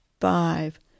five